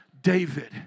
David